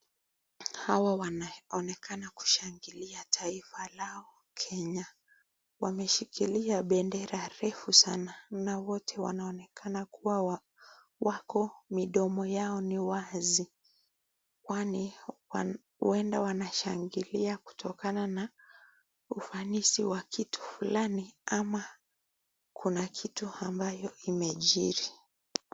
Hawa wanaonekana kushangilia taifa lao Kenya. Wameshikilia bendera refu sana na wote wanaonekana kuwa wako, midomo yao ni wazi kwani huenda wanashangilia kutokana na ufanisi wa kitu fulani ama kuna kitu ambayo imejiri.